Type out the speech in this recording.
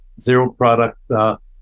zero-product